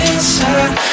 inside